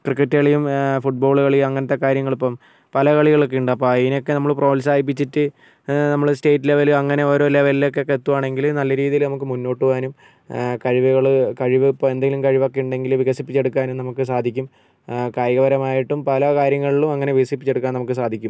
ക്രിക്കറ്റുകളിയും football കളിയും അങ്ങനത്തെ കാര്യങ്ങളിപ്പം പലകളികളൊക്കെയുണ്ട് അപ്പോൾ അതിനൊക്കെ നമ്മൾ പ്രോത്സാഹിപ്പിച്ചിട്ട് നമ്മൾ സ്റ്റേറ്റ് ലെവല് അങ്ങനെ ഓരോ ലെവലിലേക്കൊക്കെ എത്തുകയാണെങ്കിൽ നല്ല രീതിയിൽ നമുക്ക് മുന്നോട്ട് പോവാനും കഴിവുകൾ കഴിവിപ്പോൾ എന്തെങ്കിലും കഴിവൊക്കെ ഉണ്ടെങ്കിൽ വികസിപ്പിച്ചെടുക്കാനും നമുക്ക് സാധിക്കും കായികപരമായിട്ടും പല കാര്യങ്ങളിലും അങ്ങനെ വികസിപ്പിച്ചെടുക്കാൻ നമുക്ക് സാധിക്കും